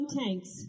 tanks